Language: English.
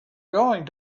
going